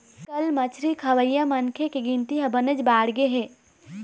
आजकाल मछरी खवइया मनखे के गिनती ह बनेच बाढ़गे हे